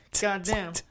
goddamn